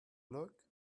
look